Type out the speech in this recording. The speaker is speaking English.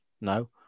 No